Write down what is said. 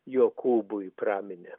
jokūbu i praminė